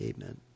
Amen